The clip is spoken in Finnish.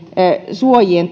suojien